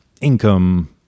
income